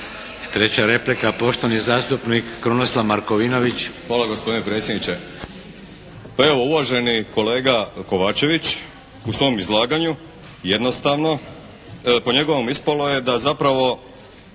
Treća replika, poštovani zastupnik Krunoslav Markovinović. **Markovinović, Krunoslav (HDZ)** Hvala gospodine predsjedniče. Pa evo uvaženi kolega Kovačević u svom izlaganju jednostavno po njegovom ispalo je da zapravo